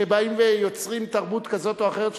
שבאים ויוצרים תרבות כזאת או אחרת,